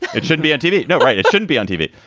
it shouldn't be on tv, you know right? it shouldn't be on tv.